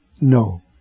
no